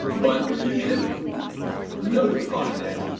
but you didn't notify them.